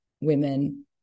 women